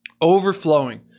Overflowing